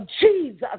Jesus